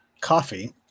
coffee